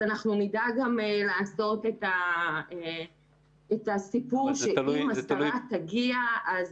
אנחנו נדע גם לעשות את התיאום אם השרה תרצה לבקר במקום.